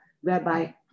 whereby